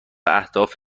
اهداف